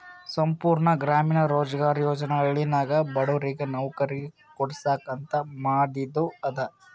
ಸಂಪೂರ್ಣ ಗ್ರಾಮೀಣ ರೋಜ್ಗಾರ್ ಯೋಜನಾ ಹಳ್ಳಿನಾಗ ಬಡುರಿಗ್ ನವ್ಕರಿ ಕೊಡ್ಸಾಕ್ ಅಂತ ಮಾದಿದು ಅದ